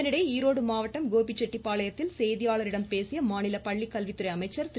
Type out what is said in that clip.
இதனிடையே ஈரோடு மாவட்டம் கோபி செட்டிகாளையத்தில் செய்தியாளர்களிடம் பேசிய மாநில பள்ளிக்கல்வித்துறை அமைச்சர் திரு